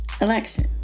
election